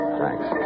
Thanks